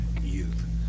youth